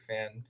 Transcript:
fan